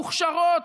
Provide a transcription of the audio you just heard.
מוכשרות,